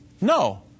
No